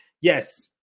yes